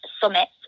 summit